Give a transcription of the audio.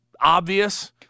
obvious